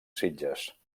sitges